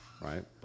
right